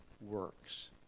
works